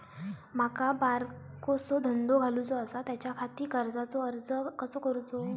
माका बारकोसो धंदो घालुचो आसा त्याच्याखाती कर्जाचो अर्ज कसो करूचो?